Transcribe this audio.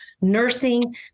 nursing